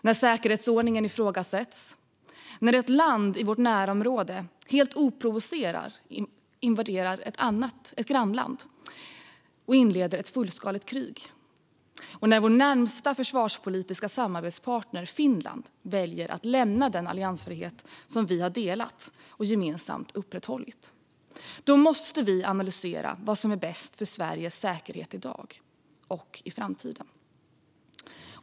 När säkerhetsordningen ifrågasätts, när ett land i vårt närområde helt oprovocerat invaderar ett grannland och inleder ett fullskaligt krig och när vår närmaste försvarspolitiska samarbetspartner Finland väljer att lämna den alliansfrihet vi delat och gemensamt upprätthållit, då måste vi analysera vad som är bäst för Sveriges säkerhet i dag och i framtiden.